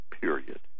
period